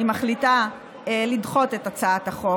היא מחליטה לדחות את הצעת החוק,